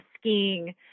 skiing